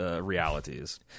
realities